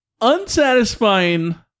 unsatisfying